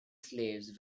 slaves